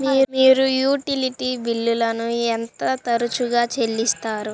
మీరు యుటిలిటీ బిల్లులను ఎంత తరచుగా చెల్లిస్తారు?